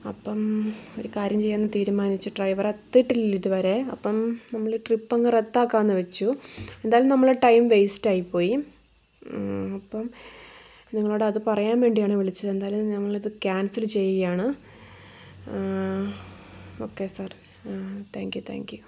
അപ്പം ഒരു കാര്യം ചെയ്യാന്ന് തീരുമാനിച്ചു ഡ്രൈവറെത്തീട്ടില്ലല്ലിതു വരെ അപ്പം നമ്മളീ ട്രിപ്പങ്ങ് റദ്ധാക്കാന്ന് വെച്ചു എന്തായാലും നമ്മള ടൈം വെയിസ്റ്റായി പോയി അപ്പം നിങ്ങളോട് അത് പറയാൻ വേണ്ടിയാണ് വിളിച്ചത് എന്തായാലും ഞങ്ങളിത് ക്യാൻസൽ ചെയ്യയാണ് ഓക്കേ സർ താങ്ക്യൂ താങ്ക്യൂ